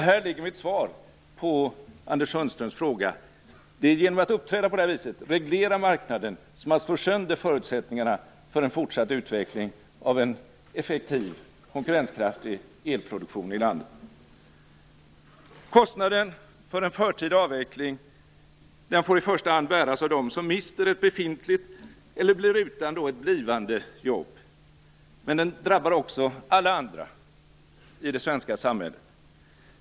Här ligger mitt svar på Anders Sundströms fråga. Det är genom att uppträda på detta vis och reglera marknaden som man slår sönder förutsättningarna för en fortsatt utveckling av en effektiv och konkurrenskraftig elproduktion i landet. Kostnaden för en förtida avveckling får i första hand bäras av dem som mister ett befintligt eller blir utan ett blivande jobb. Men den drabbar också alla andra i det svenska samhället.